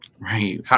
right